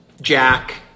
Jack